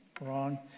Wrong